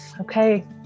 okay